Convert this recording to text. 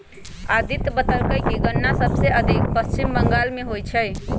अदित्य बतलकई कि गन्ना सबसे अधिक पश्चिम बंगाल में होई छई